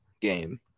game